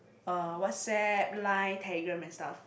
uh WhatsApp line telegram and stuff